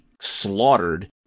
slaughtered